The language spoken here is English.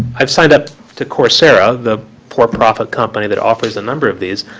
i've signed up to coursera, the for profit company that offers a number of these.